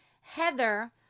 Heather